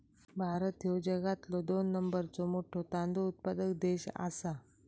भारत ह्यो जगातलो दोन नंबरचो मोठो तांदूळ उत्पादक देश आसा